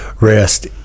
rest